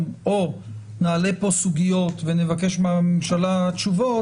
או נעלה פה סוגיות ונבקש מהממשלה תשובות,